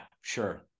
sure